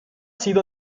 sido